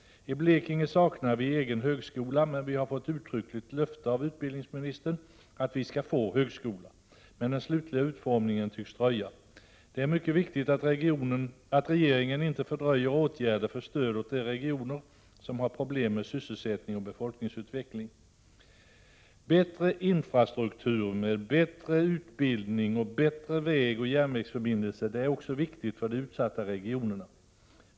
I Blekinge saknar vi egen högskola, men vi har fått uttryckligt löfte av utbildningsministern att vi skall få högskola. Den slutgiltiga utformningen tycks dock dröja. Det är mycket viktigt att regeringen inte fördröjer åtgärder för stöd åt de regioner som har problem med sysselsättning och befolkningsutveckling. Bättre infrastruktur med bättre utbildning och bättre vägoch järnvägsförbindelser är också viktigt för de utsatta regionerna.